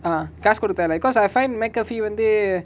ah காசு குடுத்தா:kaasu kuduthaa like cause I find mcafee வந்து:vanthu